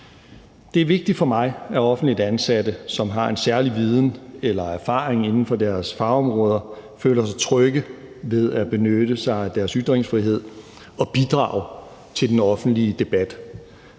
Det er vigtigt for mig, at offentligt ansatte, som har en særlig viden eller erfaring inden for deres fagområder, føler sig trygge ved at benytte sig af deres ytringsfrihed og bidrage til den offentlige debat.